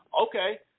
Okay